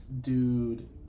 dude